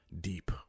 Deep